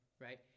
right